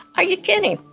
are you kidding?